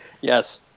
Yes